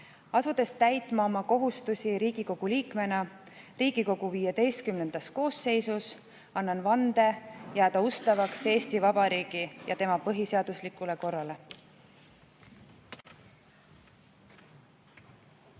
Asudes täitma oma kohustusi Riigikogu liikmena Riigikogu XV koosseisus, annan vande jääda ustavaks Eesti Vabariigile ja tema põhiseaduslikule korrale.